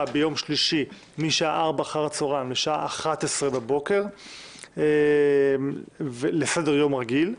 ביום שלישי משעה 16:00 לשעה 11:00 בבוקר לסדר יום רגיל,